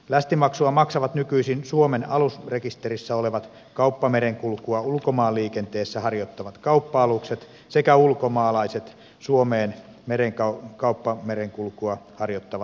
lästimaksua maksavat nykyisin suomen alusrekisterissä olevat kauppamerenkulkua ulkomaanliikenteessä harjoittavat kauppa alukset sekä ulkomaalaiset suomeen kauppamerenkulkua harjoittavat alukset